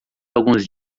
alguns